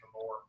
more